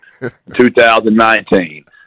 2019